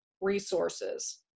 resources